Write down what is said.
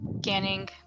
scanning